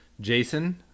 Jason